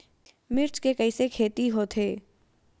मिर्च के कइसे खेती होथे?